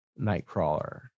Nightcrawler